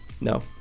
No